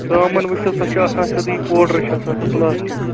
ژامَن وٕچھتَو سۄ چھِ آسان سیٚودُے پوڈَر چھِ سۄ آسان سۄ پٔلاسٹِک